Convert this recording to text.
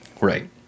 Right